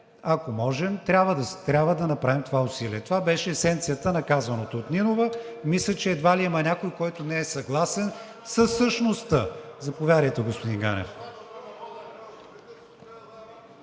ако можем. Трябва да направим това усилие. Това беше есенцията на казаното от Нинова. Мисля, че едва ли има някой, който не е съгласен със същността. Заповядайте, господин Ганев.